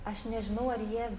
aš nežinau ar jie